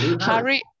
Harry